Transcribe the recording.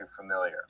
familiar